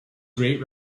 great